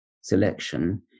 selection